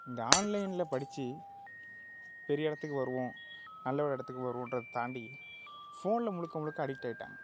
இந்த ஆன்லைனில் படித்து பெரிய இடத்துக்கு வருவோம் நல்ல ஒரு இடத்துக்கு வருவோம்ன்றதை தாண்டி ஃபோனில் முழுக்க முழுக்க அடிக்ட் ஆகிட்டாங்க